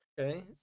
Okay